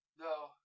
No